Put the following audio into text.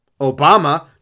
Obama